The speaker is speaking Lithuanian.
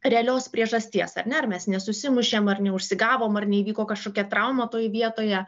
realios priežasties ar ne ar mes nesusimušėm ar neužsigavom ar ne įvyko kažkokia trauma toj vietoje